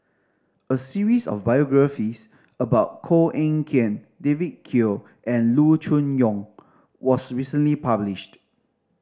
a series of biographies about Koh Eng Kian David Kwo and Loo Choon Yong was recently published